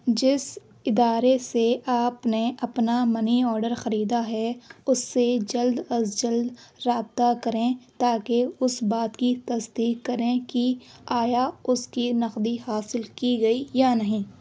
جس ادارے سے آپ نے اپنا منی آڈر خریدا ہے اس سے جلد از جلد رابطہ کریں تاکہ اس بات کی تصدیق کریں کہ آیا اس کی نقدی حاصل کی گئی یا نہیں